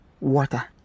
water